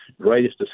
greatest